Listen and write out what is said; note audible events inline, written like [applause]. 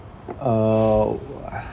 uh oo [noise]